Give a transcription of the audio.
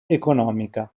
economica